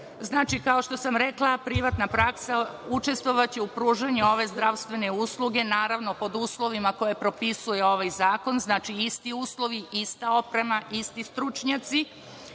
kao što sam rekla, privatna praksa učestvovaće u pružanju ove zdravstvene usluge, naravno, pod uslovima koje propisuje ovaj zakon. Znači, isti uslovi, ista oprema, isti stručnjaci,